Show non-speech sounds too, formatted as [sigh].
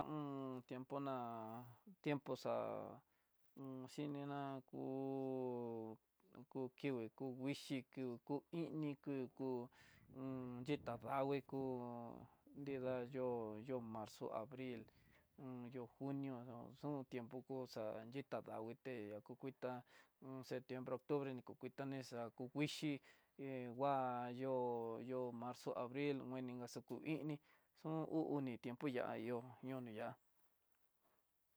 [hesitation] tiempo ná tiempo xa'á unxhininá kú kió, ku nguixhii kiu ku ini kiu ku xhita danguii ku nrida yo'o, yo'o marzo abril yo'o junió xon tiempo ko xa xhita danguité ya kukutá septiembre, ocutubre ni ka kuita nexa ku nguixhi, he ngua yo'ó, yo'ó marzo, abril kueni xaku ini xon uu uni tiempo ya ihó ñoni yá.